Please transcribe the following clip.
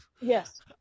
yes